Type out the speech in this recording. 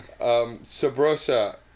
Sabrosa